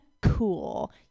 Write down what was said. cool